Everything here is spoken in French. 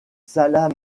salaam